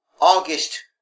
August